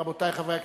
רבותי חברי הכנסת,